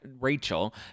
Rachel –